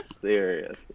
Serious